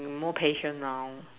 more patient now